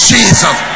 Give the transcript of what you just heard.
Jesus